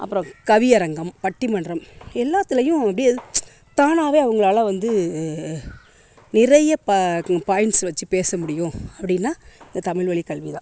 அப்புறம் கவி அரங்கம் பட்டிமன்றம் எல்லாத்திலையும் அப்படியே தானாகவே அவங்களால வந்து நிறைய ப பாய்ண்ட்ஸ் வைச்சு பேச முடியும் அப்படினா இந்த தமிழ் வழிக் கல்வி தான்